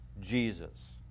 Jesus